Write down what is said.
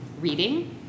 reading